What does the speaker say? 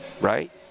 right